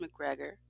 McGregor